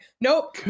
Nope